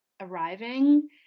arriving